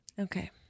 Okay